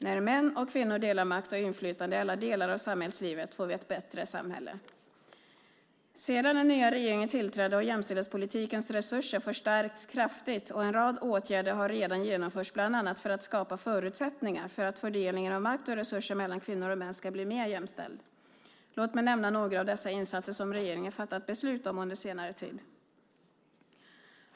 När män och kvinnor delar makt och inflytande i alla delar av samhällslivet får vi ett bättre samhälle. Sedan den nya regeringen tillträdde har jämställdhetspolitikens resurser förstärkts kraftigt, och en rad åtgärder har redan genomförts bland annat för att skapa förutsättningar för att fördelningen av makt och resurser mellan kvinnor och män ska bli mera jämställd. Låt mig nämna några av dessa insatser som regeringen fattat beslut om under senare tid.